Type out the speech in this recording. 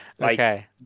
okay